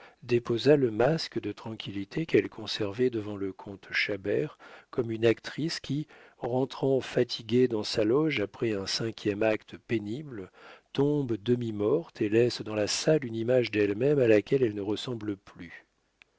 déposa le masque de tranquillité qu'elle conservait devant le comte chabert comme une actrice qui rentrant fatiguée dans sa loge après un cinquième acte pénible tombe demi-morte et laisse dans la salle une image d'elle-même à laquelle elle ne ressemble plus